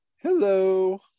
Hello